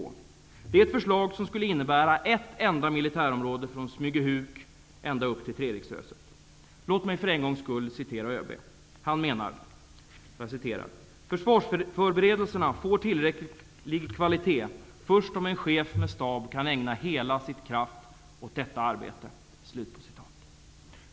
Det är ett förslag som skulle innebära ett enda militärområde från Smygehuk ända upp till Treriksröset. Låt mig för en gångs skull citera ÖB. Han menar: ''Försvarsförberedelserna får tillräcklig kvalitet först om en chef med stab kan ägna hela sin kraft åt detta arbete.''